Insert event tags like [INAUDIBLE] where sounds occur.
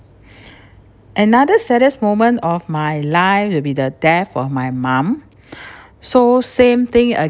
[BREATH] another saddest moment of my life will be the death of my mom [BREATH] so same thing